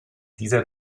dieser